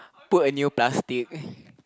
put a new plastic